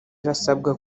irasabwa